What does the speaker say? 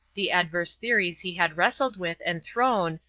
the adverse theories he had wrestled with and thrown,